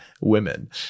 women